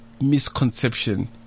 misconception